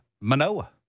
Manoa